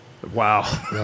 Wow